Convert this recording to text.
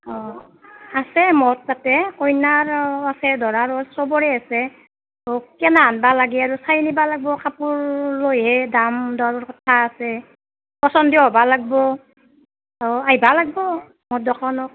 অঁ আছে মোৰ তাতে কইনাৰো আছে দৰাৰো আছে চবৰে আছে ত'ক কেনাহেন বা লাগে আৰু চাই নিব লাগিব কাপোৰ লৈহে দাম দৰ কথা আছে পছন্দ হ'ব লাগিব অঁ আহিব লাগিব মোৰ দকানত